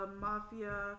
mafia